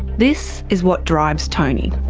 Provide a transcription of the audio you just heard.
this is what drives tony.